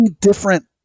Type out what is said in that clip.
different